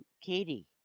Katie